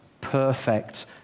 perfect